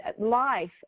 life